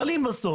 אבל אם בסוף